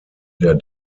der